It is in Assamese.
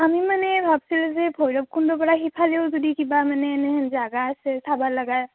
আমি মানে ভাবিছিলোঁ যে ভৈৰৱকুণ্ড পৰা সিফালেও যদি কিবা মানে এনেহেন জাগা আছে চাব লগা